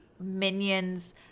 Minion's